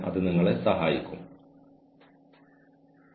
വ്യക്തിക്ക് ഉണ്ടായേക്കാവുന്ന വ്യക്തിപരമായ അത്യാഹിതങ്ങൾ ഇത് കണക്കിലെടുക്കണം